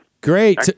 Great